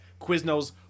Quiznos